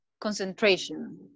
concentration